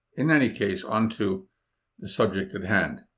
in any case, on to the subject at hand.